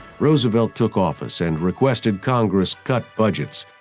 roosevelt took office and requested congress cut budgets,